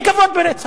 אין כבוד ברצח.